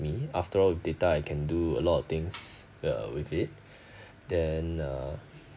me after all data I can do a lot of things uh with it then uh